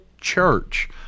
church